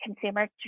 consumer